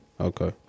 Okay